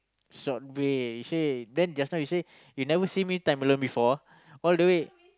subway he say then just now you say you never see me time alone before all the way